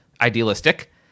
idealistic